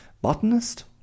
botanist